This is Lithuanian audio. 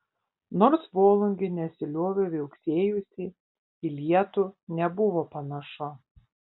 nors volungė nesiliovė viauksėjusi į lietų nebuvo panašu